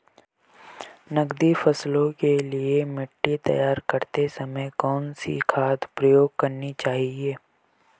नकदी फसलों के लिए मिट्टी तैयार करते समय कौन सी खाद प्रयोग करनी चाहिए?